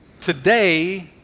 Today